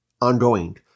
ongoing